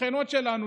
השכנות שלנו,